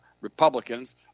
republicans